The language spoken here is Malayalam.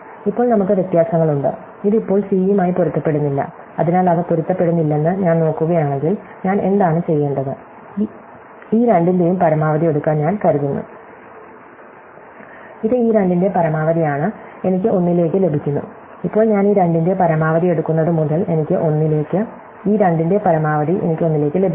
ഇപ്പോൾ നമുക്ക് വ്യത്യാസങ്ങൾ ഉണ്ട് ഇത് ഇപ്പോൾ c യുമായി പൊരുത്തപ്പെടുന്നില്ല അതിനാൽ അവ പൊരുത്തപ്പെടുന്നില്ലെന്ന് ഞാൻ നോക്കുകയാണെങ്കിൽ ഞാൻ എന്താണ് ചെയ്യേണ്ടത് ഈ രണ്ടിന്റെയും പരമാവധി എടുക്കാൻ ഞാൻ കരുതുന്നു ഇത് ഈ 2 ന്റെ പരമാവധി ആണ് എനിക്ക് 1 ലേക്ക് ലഭിക്കുന്നു ഇപ്പോൾ ഞാൻ ഈ 2 ന്റെ പരമാവധി എടുക്കുന്നതുമുതൽ എനിക്ക് 1 ലേക്ക് ഈ 2 ന്റെ പരമാവധി എനിക്ക് 1 ലേക്ക് ലഭിക്കുന്നു